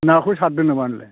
नाखौ सारदों नामा नोंलाय